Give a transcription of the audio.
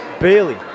Bailey